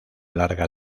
larga